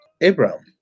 Abraham